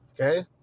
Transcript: Okay